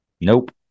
Nope